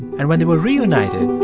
and when they were reunited,